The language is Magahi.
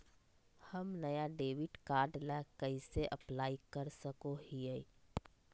हम नया डेबिट कार्ड ला कइसे अप्लाई कर सको हियै?